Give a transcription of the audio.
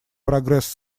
прогресс